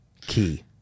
Key